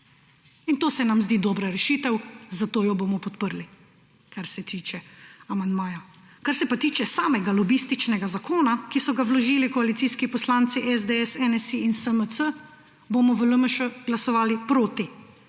In to se nam zdi dobra rešitev, zato jo bomo podprli, kar se tiče amandmaja. Kar se pa tiče samega lobističnega zakona, ki so ga vložili koalicijski poslanci SDS, NSi in SMC, bomo v LMŠ glasovali proti.